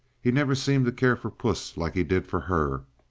he never seemed to care for puss like he did for her.